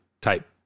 type